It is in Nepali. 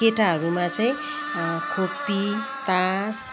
केटाहरूमा चाहिँ खोपी तास